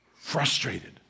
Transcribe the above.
frustrated